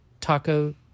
taco